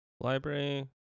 Library